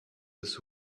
this